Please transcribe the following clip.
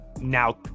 now